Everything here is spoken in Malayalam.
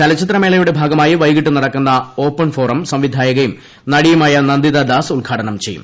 ചലച്ചിത്രമേളയുടെ ഭാഗമായി വൈകിട്ട് നടന്ന ഓപ്പൺ ഫോറം സംവിധായകയും നടിയുമായ നന്ദിതദാസ് ഉദ്ഘാടനം ചെയ്തു